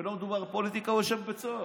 ולא נתפשר על המדינה היהודית,